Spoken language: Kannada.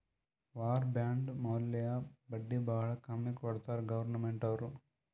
ವಾರ್ ಬಾಂಡ್ ಮ್ಯಾಲ ಬಡ್ಡಿ ಭಾಳ ಕಮ್ಮಿ ಕೊಡ್ತಾರ್ ಗೌರ್ಮೆಂಟ್ನವ್ರು